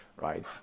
right